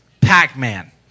Pac-Man